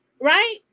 right